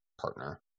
partner